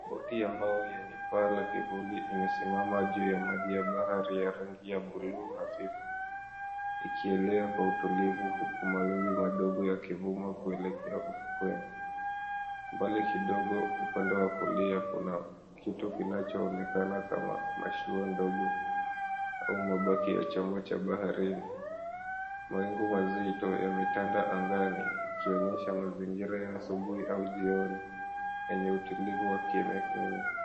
Boti ya mbao yenye paa ya kivuli imesimama juu maji ya bahari ya rangi ya blue hafifu ikielea kwa utulivu huku mawimbi madogo yakivuma kuelekea ufukweni. Mbali kidogo upande wa kulia kuna kitu kinacho onekana kama mashua ndogo au mabaki ya chombo cha baharini. Mawingu mazito yametanda angani ikionyesha mazingira ya asubuhi au jioni yenye utulivu wa kimya kimya.